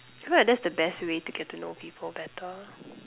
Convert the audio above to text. feel like that's the best way to get to know people better